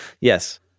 Yes